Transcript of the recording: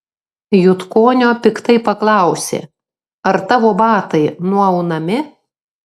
jutkonio piktai paklausė ar tavo batai nuaunami